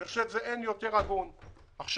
אני חושב שאין יותר הגון מזה.